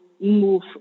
move